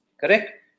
Correct